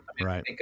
Right